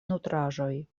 nutraĵoj